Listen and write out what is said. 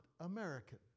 American